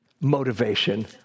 motivation